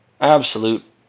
Absolute